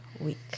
week